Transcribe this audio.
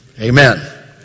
Amen